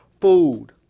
food